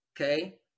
okay